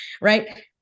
right